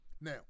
Now